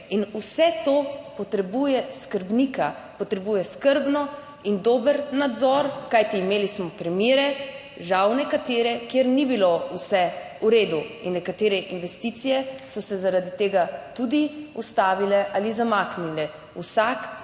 In vse to potrebuje skrbnika, potrebuje skrbno in dober nadzor, kajti imeli smo primere, žal, nekatere, kjer ni bilo vse v redu. In nekatere investicije so se zaradi tega tudi ustavile ali zamaknile. Vsako